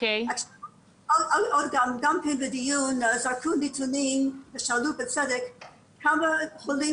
עוד בדיון זרקו נתונים ושאלו בצדק כמה חולים